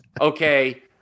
Okay